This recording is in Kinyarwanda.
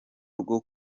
rwo